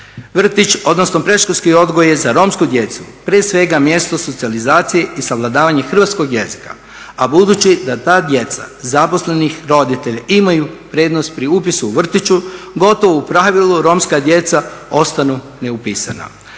Vrtić, odnosno predškolski odgoj je za romsku djecu prije svega mjesto socijalizacije i savladavanje hrvatskog jezika, a budući da ta djeca zaposlenih roditelja imaju prednost pri upisu u vrtiću gotovo u pravilu romska djeca ostanu neupisana.